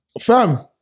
Fam